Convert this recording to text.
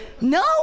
No